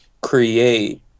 create